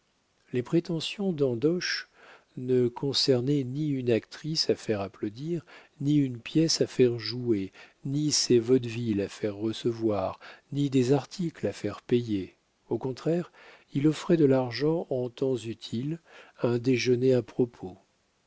les prétentions d'andoche ne concernaient ni une actrice à faire applaudir ni une pièce à faire jouer ni ses vaudevilles à faire recevoir ni des articles à faire payer au contraire il offrait de l'argent en temps utile un déjeuner à propos